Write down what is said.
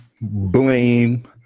blame